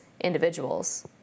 individuals